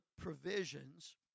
provisions